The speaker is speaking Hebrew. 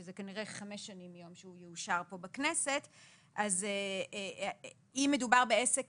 שזה כנראה 5 שנים מיום שהוא יאושר כאן בכנסת אם מדובר בעסק